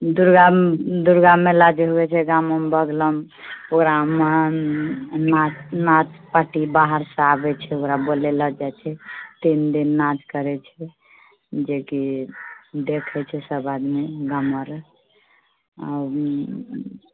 दुर्गा दुर्गा मेला जे होइ छै गाम उम बगलमे प्रोग्राम नाँच पार्टी बाहरसँ आबैत छै ओकरा बोलैला जाइत छै तीन दिन नाँच करैत छै जेकि देखै छै सब आदमी गाम वला